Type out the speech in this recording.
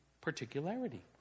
particularity